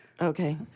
Okay